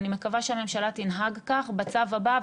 ואני מקווה שהממשלה תנהג כך בצו הבא,